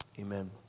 Amen